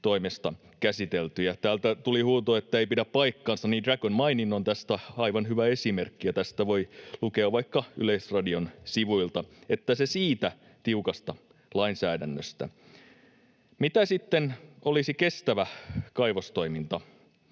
toimesta käsiteltyä. — Täältä tuli huuto, että ei pidä paikkansa: Dragon Mining on tästä aivan hyvä esimerkki, ja tästä voi lukea vaikka Yleisradion sivuilta. — Että se siitä tiukasta lainsäädännöstä. Mitä sitten olisi kestävä kaivostoiminta?